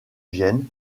gène